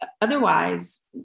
Otherwise